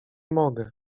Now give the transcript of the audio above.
mogę